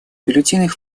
бюллетенях